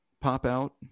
pop-out